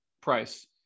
price